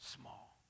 small